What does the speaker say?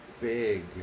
big